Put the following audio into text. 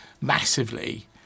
massively